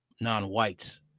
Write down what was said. non-whites